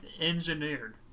Engineered